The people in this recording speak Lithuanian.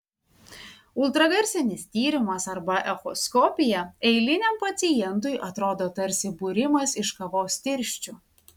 ultragarsinis tyrimas arba echoskopija eiliniam pacientui atrodo tarsi būrimas iš kavos tirščių